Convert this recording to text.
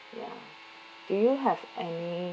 ya do you have any